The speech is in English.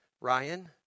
Ryan